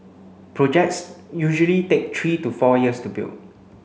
projects usually take three to four years to build